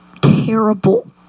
terrible